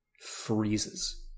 freezes